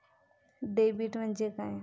Debit म्हणजे काय?